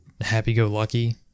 happy-go-lucky